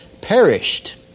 perished